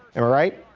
um right.